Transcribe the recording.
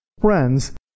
Friends